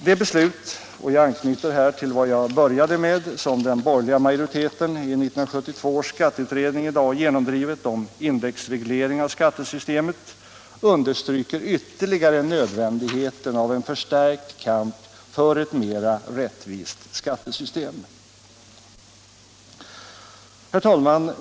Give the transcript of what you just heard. Det beslut — jag anknyter här till vad jag började med — som den borgerliga majoriteten i 1972 års skatteutredning i dag genomdrivit om indexreglering av skattesystemet understryker ytterligare nödvändigheten av en förstärkt kamp för ett mer rättvist skattesystem. Herr talman!